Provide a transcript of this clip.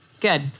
Good